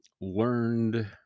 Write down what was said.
learned